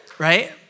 Right